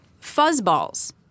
Fuzzballs